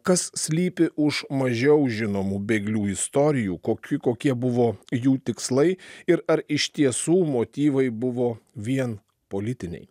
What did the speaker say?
kas slypi už mažiau žinomų bėglių istorijų kokių kokie buvo jų tikslai ir ar iš tiesų motyvai buvo vien politiniai